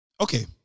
okay